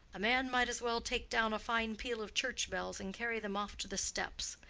a man might as well take down a fine peal of church bells and carry them off to the steppes,